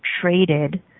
traded